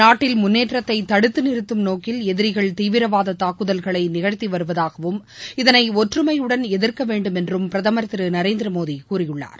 நாட்டில் முன்னேற்றத்தை தடுத்து நிறுத்தும் நோக்கில் எதிரிகள் தீவிரவாத தாக்குதல்களை நிகழ்த்தி வருவதாகவும் இதனை ஒற்றுமையுடன் எதிர்க்க வேண்டும் என்றும் பிரதமர் திரு நரேந்திர மோடி கூழியுள்ளார்